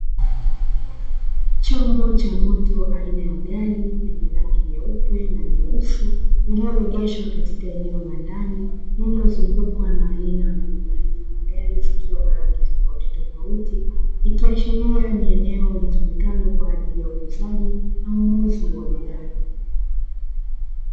Chombo cha moto aina ya gari lenye rangi nyeupe na nyeusi, lililoegeshwa katika eneo la ndani lililozungukwa na aina mbalimbali za magari zikiwa na rangi tofautitofauti; ikiashiria ni eneo litumikalo kwa ajili ya uuzaji na ununuzi wa magari.